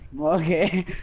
Okay